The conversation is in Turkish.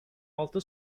altı